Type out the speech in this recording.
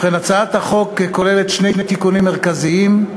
ובכן, הצעת החוק כוללת שני תיקונים מרכזיים.